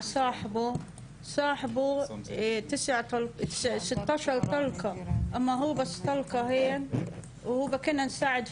החבר שלו נורה 16 יריות, והוא רק כדור אחד.